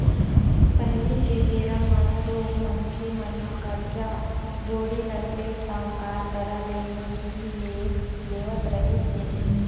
पहिली के बेरा म तो मनखे मन ह करजा, बोड़ी ल सेठ, साहूकार करा ले ही लेवत रिहिस हे